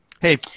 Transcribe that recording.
Hey